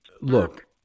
Look